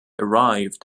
arrived